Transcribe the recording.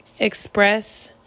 express